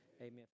Amen